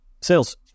sales